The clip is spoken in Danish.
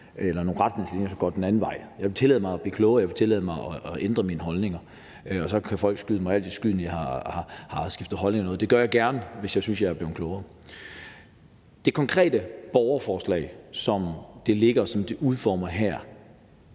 eller noget, som peger den anden vej. Jeg vil tillade mig at blive klogere. Jeg vil tillade mig at ændre mine holdninger, og så kan folk skyde mig det i skoene, at jeg har skiftet holdning eller noget. Jeg gør det gerne, hvis jeg synes, jeg er blevet klogere. Det konkrete borgerforslag, som det ligger, og som det er udformet her,